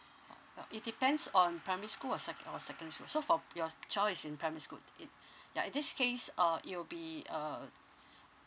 uh well it depends on primary school or sec~ or secondary school so for your child is in primary school it ya in this case uh it will be uh